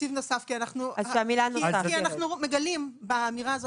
"תקציב נוסף" כי אנחנו מגלים שאתם בעצם